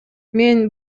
мен